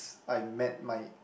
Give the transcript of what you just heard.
I met my